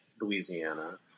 Louisiana